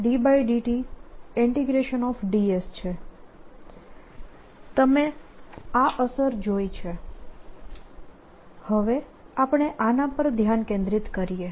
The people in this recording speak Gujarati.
ds છે તમે આ અસર જોઇ છે હવે આપણે આના પર ધ્યાન કેન્દ્રિત કરીએ